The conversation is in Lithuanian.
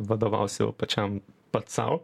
vadovausiu pačiam pats sau